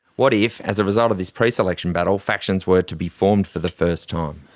what if, as a result of this pre-selection battle, factions were to be formed for the first time?